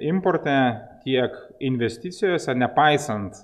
importe tiek investicijose nepaisant